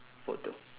photo